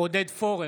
עודד פורר,